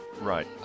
Right